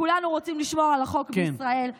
כולנו רוצים לשמור על החוק בישראל.